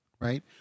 right